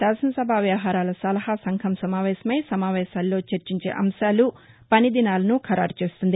శాసన సభా వ్యవహారాల సలహా సంఘం సమావేశమై సమావేశాల్లో చర్చించే అంశాలు పనిదినాలను ఖరారు చేస్తుంది